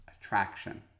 attraction